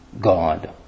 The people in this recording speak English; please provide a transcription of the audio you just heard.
God